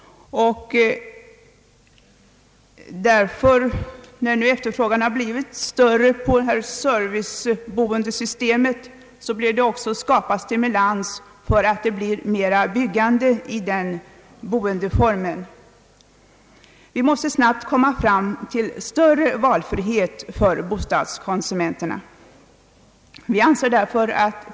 Med hänsyn till att efterfrågan på servicehus har blivit så stor behövs också stimulans för ett ökat byggande när det gäller denna boendeform. Vi måste snabbt få till stånd större valfrihet för bostadskonsumenterna.